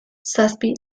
zazpi